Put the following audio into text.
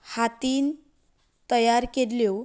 हातीन तयार केल्ल्यो